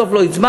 בסוף לא הצבענו.